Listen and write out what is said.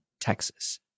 Texas